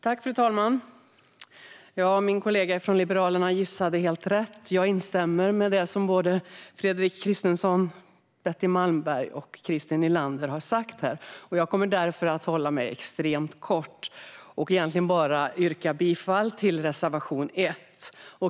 Fru talman! Precis som min kollega Christer Nylander från Liberalerna instämmer jag med Fredrik Christensson och Betty Malmberg. Jag instämmer även med Christer Nylander. Jag kommer därför att hålla mig extremt kort. Jag yrkar bifall till reservation 1.